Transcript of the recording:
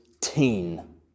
teen